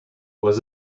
was